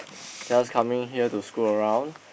just coming here to stroll around